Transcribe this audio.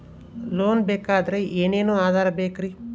Loan ಬೇಕಾದ್ರೆ ಏನೇನು ಆಧಾರ ಬೇಕರಿ?